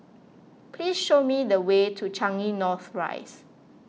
please show me the way to Changi North Rise